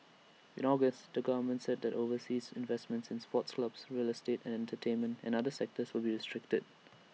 in August the government said overseas investments in sports clubs real estate entertainment and other sectors would be restricted